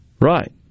Right